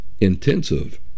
intensive